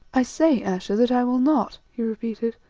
i say, ayesha, that i will not, he repeated